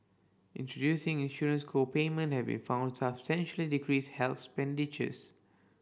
introducing insurance co payment have been found substantially decrease health expenditures